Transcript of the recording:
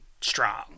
strong